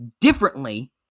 differently